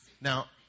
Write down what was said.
Now